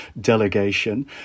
delegation